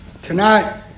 Tonight